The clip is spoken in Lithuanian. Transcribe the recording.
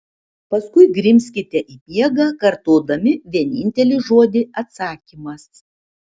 paskui grimzkite į miegą kartodami vienintelį žodį atsakymas